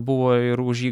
buvo ir už jį